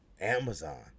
Amazon